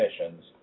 missions